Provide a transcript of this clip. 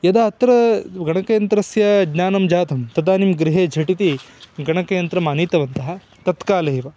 यदा अत्र गणकयन्त्रस्य ज्ञानं जातं तदानीं गृहे झटिति गणकयन्त्रम् आनीतवन्तः तत्कालेव